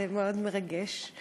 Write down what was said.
זה מרגש מאוד.